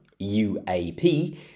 UAP